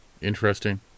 interesting